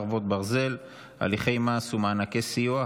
חרבות ברזל) (הליכי מס ומענקי סיוע),